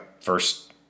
first